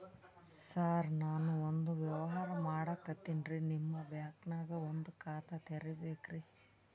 ಸರ ನಾನು ಒಂದು ವ್ಯವಹಾರ ಮಾಡಕತಿನ್ರಿ, ನಿಮ್ ಬ್ಯಾಂಕನಗ ಒಂದು ಖಾತ ತೆರಿಬೇಕ್ರಿ?